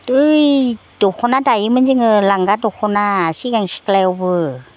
ओइ दख'ना दायोमोन जोङो लांगा दख'ना सिगां सिख्लायावबो